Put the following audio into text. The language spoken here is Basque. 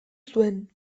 zuen